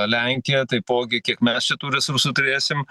lenkiją taipogi kiek mes čia tų resursų turėsim